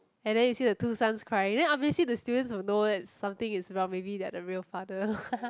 and then you see the two sons crying then obviously the students will know that something is wrong maybe they are the real father